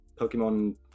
Pokemon